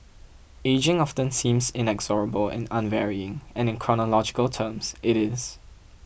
ageing often seems inexorable and unvarying and in chronological terms it is